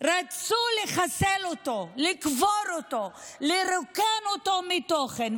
רצו לחסל אותו, לקבור אותו, לרוקן אותו מתוכן.